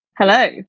Hello